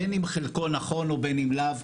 בין אם חלקו נכון ובין אם לאו.